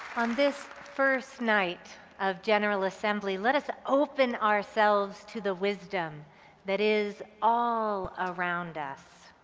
on this first night of general assembly, let us open ourselves to the wisdom that is all around us.